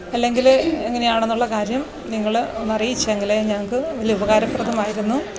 അല്ലെങ്കിൽ എങ്ങനെയാണെന്നുള്ള കാര്യം നിങ്ങൾ ഒന്നറിയിച്ചെങ്കിൽ ഞങ്ങൾക്ക് വലിയ ഉപകാരപ്രദമായിരുന്നു